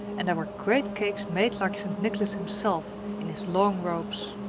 and there were great cakes made like st. nicholas himself in his long robes.